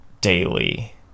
daily